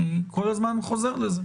הלאה.